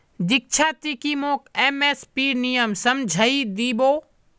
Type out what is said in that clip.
दीक्षा की ती मोक एम.एस.पीर नियम समझइ दी बो